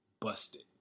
busted